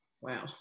Wow